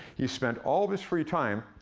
he spent all of his free time,